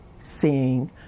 seeing